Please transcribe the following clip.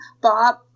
Bob